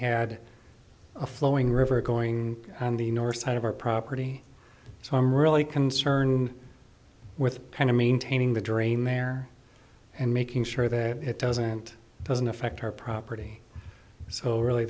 had a flowing river going on the north side of our property so i'm really concerned with kind of maintaining the drain there and making sure that it doesn't it doesn't affect our property so really